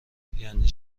یعنی